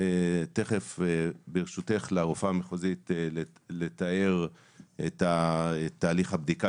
הרופאה המחוזית תתאר את תהליך הבדיקה